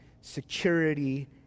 security